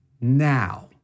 now